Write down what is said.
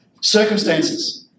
Circumstances